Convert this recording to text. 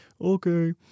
Okay